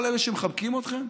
כל אלה שמחבקים אתכם,